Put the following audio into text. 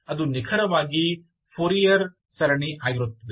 ಅದು ನಿಖರವಾಗಿ ಫೋರಿಯರ್ ಸರಣಿ ಆಗಿರುತ್ತದೆ